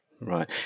Right